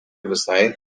visai